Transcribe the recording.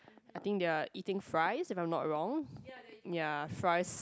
I think they are eating fries if I was not wrong ya fries